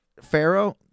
Pharaoh